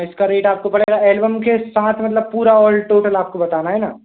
इसका रेट आपको पड़ेगा एल्बम के साथ मतलब पूरा ऑल टोटल आपको बताना है न